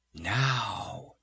now